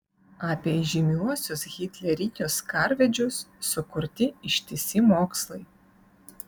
apie įžymiuosius hitlerinius karvedžius sukurti ištisi mokslai